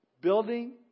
Building